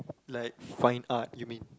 like fine art you mean